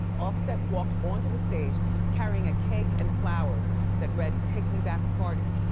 offset walked onto the stage carrying a cake and flowers that read, take me back, cardi.